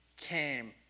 came